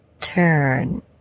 turn